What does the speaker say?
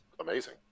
amazing